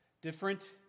different